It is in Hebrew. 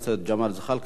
אלא אם כן עוד מישהו ירצה.